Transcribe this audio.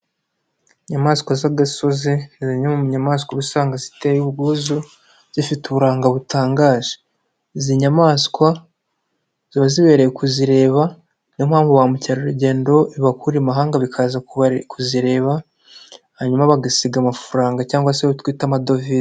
Inyamaswa z'agasozi, ni zimwe mu nyamaswa usanga ziteye ubwuzu, zifite uburanga butangaje, izi nyamaswa ziba zibereye kuzireba niyo mpamvu ba mukerarugendo bibakura i mahanga bakaza kuzireba, hanyuma bagasiga amafaranga cyangwa se ayotwita amadovize.